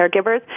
caregivers